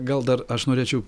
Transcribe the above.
gal dar aš norėčiau